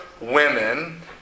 women